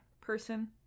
person